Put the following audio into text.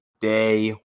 day